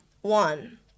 One